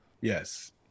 Yes